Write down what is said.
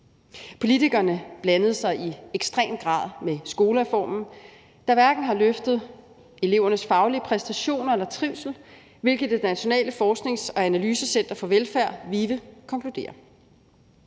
Politikerne blandede sig i ekstrem grad med skolereformen, der hverken har løftet elevernes faglige præstationer eller trivsel, hvilket Det Nationale Forsknings- og Analysecenter for Velfærd, VIVE, konkluderer.